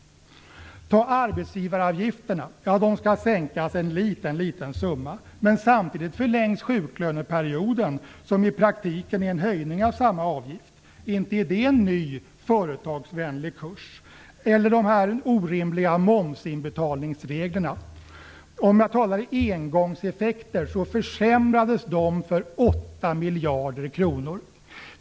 Ta arbetsgivaravgifterna! De skall sänkas med en mycket liten summan, men samtidigt förlängs sjuklöneperioden, vilket i praktiken innebär en höjning av samma avgift. Inte är det en ny, företagsvänlig kurs! Eller ta de orimliga momsinbetalningsreglerna! Om man uttrycker det i engångseffekter var försämringen 8 miljarder kronor.